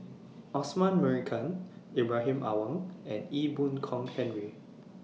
Osman Merican Ibrahim Awang and Ee Boon Kong Henry